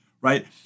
right